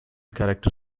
character